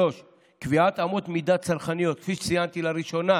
3. קביעת אמות מידה צרכניות, כפי שציינתי, לראשונה